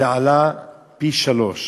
זה עלה פי-שלושה.